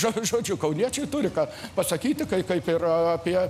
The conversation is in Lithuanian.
žodžiu žodžiu kauniečiai turi ką pasakyti kai kaip ir apie